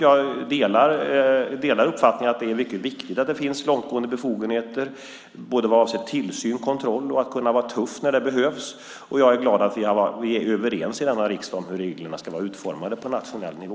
Jag delar uppfattningen att det är mycket viktigt att det finns långtgående befogenheter vad avser tillsyn, kontroll och att vara tuff när det behövs. Jag är glad att vi är överens i denna riksdag om hur reglerna ska vara utformade på nationell nivå.